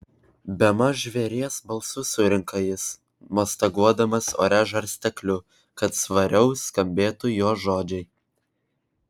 bemaž žvėries balsu surinka jis mostaguodamas ore žarstekliu kad svariau skambėtų jo žodžiai